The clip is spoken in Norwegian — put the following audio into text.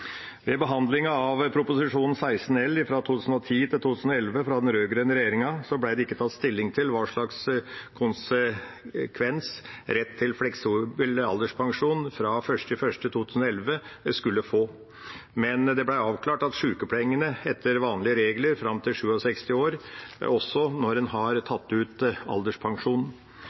Ved behandlingen av Prop. 16 L 2010–2011 fra den rød-grønne regjeringa, ble det ikke tatt stilling til hva slags konsekvens rett til fleksibel alderspensjon fra 1. januar 2011 skulle få. Men det ble avklart sykepenger etter vanlige regler fram til 67 år, også når en har tatt ut